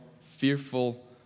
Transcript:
fearful